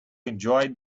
enjoy